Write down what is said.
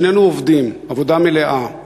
שנינו עובדים עבודה מלאה,